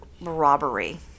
Robbery